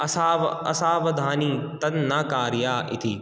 असाव असावधानी तद् न कार्या इति